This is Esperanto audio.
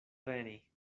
treni